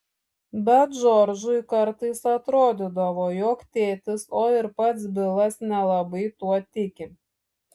bet džordžui kartais atrodydavo jog tėtis o ir pats bilas nelabai tuo tiki